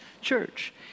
church